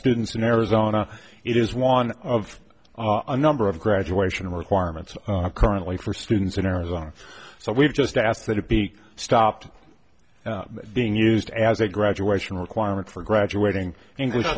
students in arizona it is one of the number of graduation requirements currently for students in arizona so we've just asked that it be stopped being used as a graduation requirement for graduating english